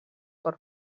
per